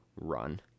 run